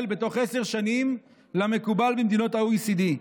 בתוך עשר שנים למקובל במדינות ה-OECD.